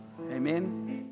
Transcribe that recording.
Amen